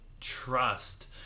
trust